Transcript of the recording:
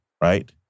right